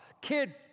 kid